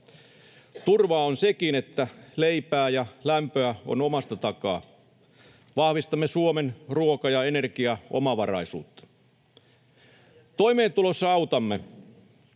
Turvaa on sekin, että leipää ja lämpöä on omasta takaa. Vahvistamme Suomen ruoka- ja energiaomavaraisuutta. Toimeentulossa autamme: